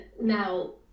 now